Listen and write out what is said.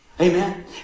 Amen